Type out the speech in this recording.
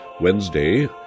Wednesday